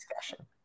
discussion